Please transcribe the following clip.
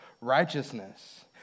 righteousness